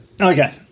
Okay